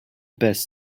best